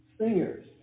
singers